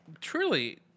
truly